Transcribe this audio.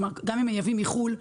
גם אם מייבאים מחו"ל,